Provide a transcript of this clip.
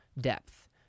depth